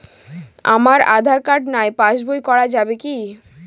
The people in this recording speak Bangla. আমার আঁধার কার্ড নাই পাস বই করা যাবে কি?